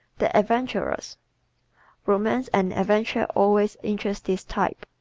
the adventurers romance and adventure always interest this type.